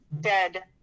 dead